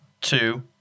two